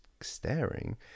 staring